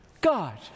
God